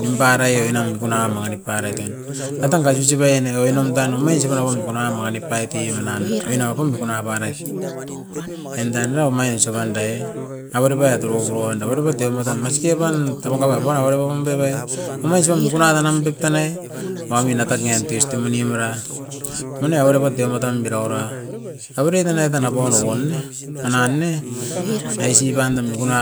Nimparait oinom miku nawan mangi nip parait en. A danga sisibena era oinon tan omain sibena oun mikuna mangi nip pait i manan oin nam ukun mikuna parait en dan na omait isop wan dai'e avere pan atoro rou wan, avere pan teio noa tan masike apan ta moko wan apan avere apaun dave, omain isop mikuna wan nam nip tanai owa nim natak ngien tios tio munim oira mana avere pa tio muatan biro oura. Avere tan etan a poimo wan ne, na nanga ne, isi panda mikuna